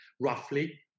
roughly